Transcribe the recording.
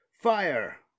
Fire